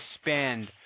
spend